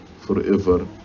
forever